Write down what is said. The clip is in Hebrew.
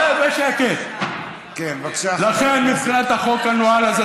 בבקשה, חבר הכנסת גילאון.